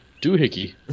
doohickey